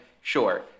sure